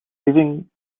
living